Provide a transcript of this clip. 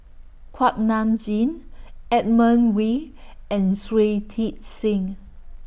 Kuak Nam Jin Edmund Wee and Shui Tit Sing